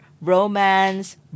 romance